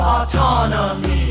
Autonomy